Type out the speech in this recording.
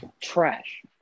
Trash